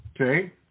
Okay